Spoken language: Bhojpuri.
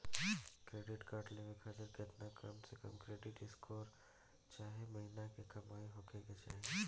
क्रेडिट कार्ड लेवे खातिर केतना कम से कम क्रेडिट स्कोर चाहे महीना के कमाई होए के चाही?